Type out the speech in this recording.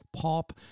pop